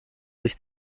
sich